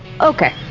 Okay